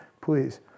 Please